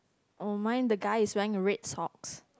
oh mine the guy is wearing red socks